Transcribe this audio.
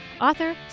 author